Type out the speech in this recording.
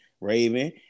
Raven